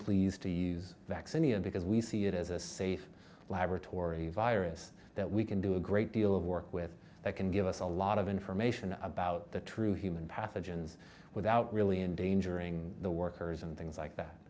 and because we see it as a safe laboratory virus that we can do a great deal of work with that can give us a lot of information about the true human pathogens without really endangering the workers and things like that